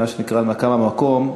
מה שנקרא הנמקה מהמקום.